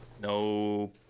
No